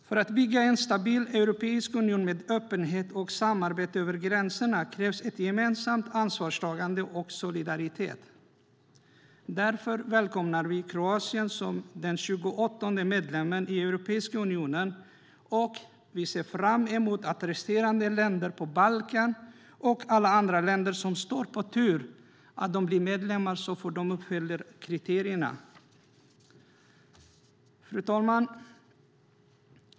För att bygga en stabil europeisk union med öppenhet och samarbete över gränserna krävs ett gemensamt ansvarstagande samt solidaritet. Därför välkomnar vi Kroatien som den tjugoåttonde medlemmen i Europeiska unionen och ser fram emot att resterande länder på Balkan och alla andra länder som står på tur blir medlemmar så fort de uppfyller kriterierna. Fru talman!